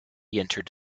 entered